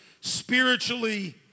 spiritually